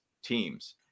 teams